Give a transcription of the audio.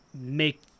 make